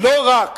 לא רק